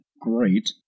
great